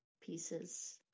pieces